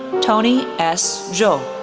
tony s. zhou,